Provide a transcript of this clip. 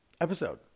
episode